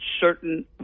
certain